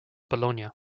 bologna